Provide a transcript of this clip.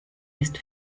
ist